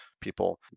people